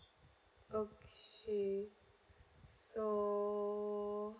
okay so